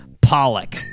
Pollock